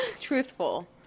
Truthful